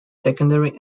secondary